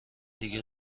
دیگه